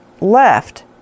left